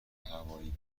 هوایی